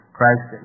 Christ